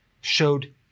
showed